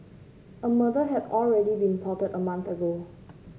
a murder had already been plotted a month ago